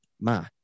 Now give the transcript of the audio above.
Ma